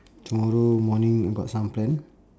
tomorrow morning I got some plan